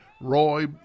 Roy